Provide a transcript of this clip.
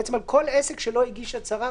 בעצם על כל עסק שלא הגיש הצהרה.